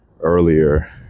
Earlier